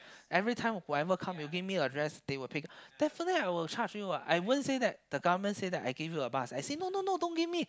every time whenever come you give me your address they will pick definitely I will charge you what I won't say that the government say that I give you a bus I say no no no don't give me